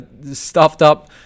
stuffed-up